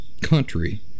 country